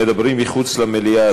מדברים מחוץ למליאה,